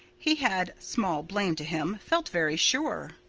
he had small blame to him felt very sure.